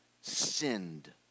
sinned